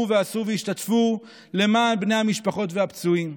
ועשו והשתתפו למען בני המשפחות והפצועים.